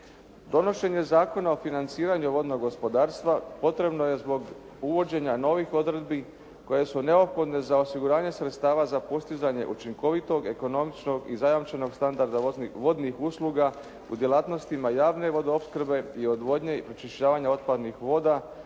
Donošenje Zakona o financiranju vodnog gospodarstva potrebno je zbog uvođenja novih odredbi koje su neophodne za osiguranje sredstava za postizanje učinkovitog, ekonomičnog i zajamčenog standarda vodnih usluga u djelatnostima javne vodoopskrbe i odvodnje i pročišćavanja otpadnih voda